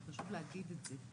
וחשוב להגיד את זה.